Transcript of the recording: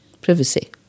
privacy